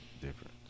different